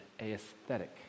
aesthetic